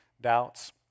doubts